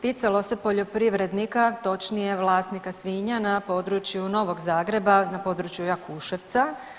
Ticalo se poljoprivrednika, točnije vlasnika svinja na području Novog Zagreba, na području Jakuševca.